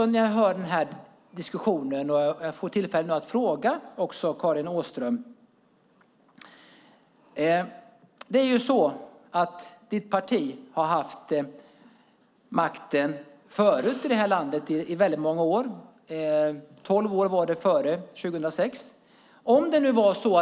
När jag nu hör diskussionen får jag tillfälle att fråga Karin Åström: Ditt parti har ju haft makten i det här landet förut i väldigt många år - före 2006 var det tolv år.